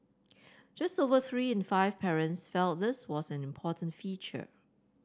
just over three in five parents felt this was an important feature